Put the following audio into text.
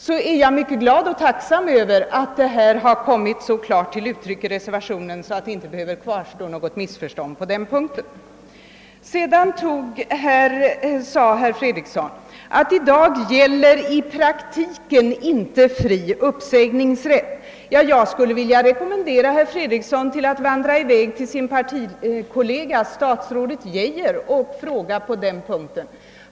Jag är också mycket glad och tacksam för att detta så klart kommit till uttryck i reservationen, att det inte behöver kvarstå något missförstånd på den punkten. Vidare sade herr Fredriksson, att det i dag i praktiken inte finns någon fri uppsägningsrätt. Jag skulle vilja rekommendera herr Fredriksson att fråga sin partikollega statsrådet Geijer om den saken.